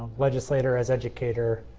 legislator as educator,